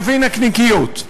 נביא נקניקיות.